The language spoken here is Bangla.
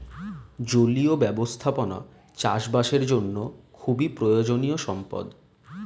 জলীয় ব্যবস্থাপনা চাষবাসের জন্য খুবই প্রয়োজনীয় সম্পদ